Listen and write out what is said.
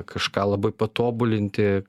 kažką labai patobulinti